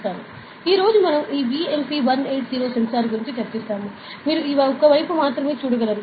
ఈ రోజు మనం ఈ BMP 180 సెన్సార్ గురించి చర్చిస్తాము మీరు ఈ వైపు మాత్రమే చూడగలరు